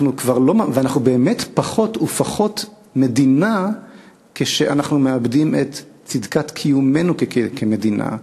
אנחנו באמת פחות ופחות מדינה כשאנחנו מאבדים את צדקת קיומנו כמדינה.